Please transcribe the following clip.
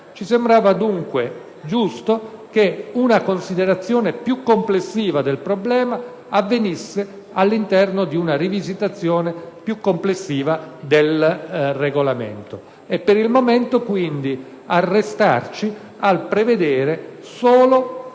Ci sembrava dunque giusto che una considerazione più generale del problema avvenisse all'interno di una rivisitazione più complessiva del Regolamento; per il momento, quindi, limitarci a prevedere solo una norma